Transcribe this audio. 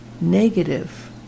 negative